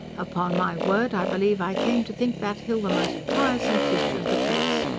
upon my word, i believe i came to think that hill the most tiresome feature of the place.